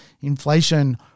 inflation